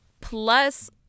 plus